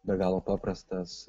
be galo paprastas